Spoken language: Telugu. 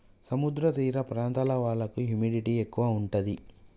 సముద్ర తీర ప్రాంతాల వాళ్లకు హ్యూమిడిటీ ఎక్కువ ఉంటది